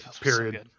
period